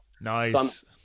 Nice